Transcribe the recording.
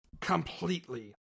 Completely